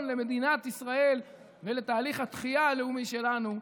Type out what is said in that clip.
למדינת ישראל ולתהליך התחייה הלאומי שלנו,